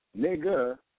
nigga